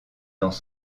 dans